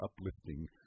uplifting